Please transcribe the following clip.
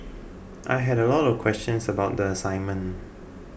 I had a lot of questions about the assignment